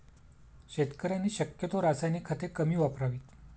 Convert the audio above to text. शेतकऱ्यांनी शक्यतो रासायनिक खते कमी वापरावीत